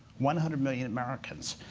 one hundred million americans,